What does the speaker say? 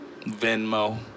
Venmo